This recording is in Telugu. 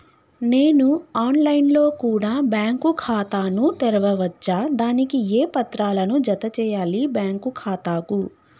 నేను ఆన్ లైన్ లో కూడా బ్యాంకు ఖాతా ను తెరవ వచ్చా? దానికి ఏ పత్రాలను జత చేయాలి బ్యాంకు ఖాతాకు?